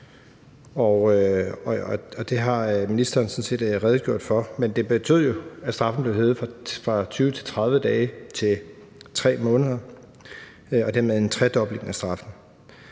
Det har ministeren sådan set redegjort for, men det betød jo, at straffen blev hævet fra 20-30 dage til 3 måneder, og det var dermed en tredobling af straffen.